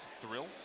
thrill